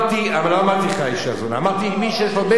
אני לא אמרתי לך אשה זונה, אמרתי מי שיש לו מצח.